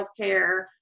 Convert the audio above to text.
healthcare